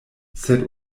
sed